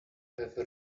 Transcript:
have